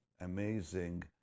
amazing